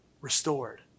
restored